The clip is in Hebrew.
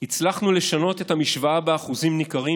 "הצלחנו לשנות את המשוואה באחוזים ניכרים,